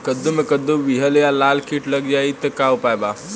कद्दू मे कद्दू विहल या लाल कीट लग जाइ त का उपाय बा?